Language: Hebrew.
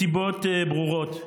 מסיבות ברורות.